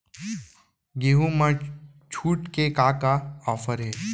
गेहूँ मा छूट के का का ऑफ़र हे?